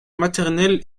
maternel